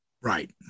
Right